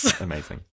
Amazing